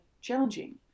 challenging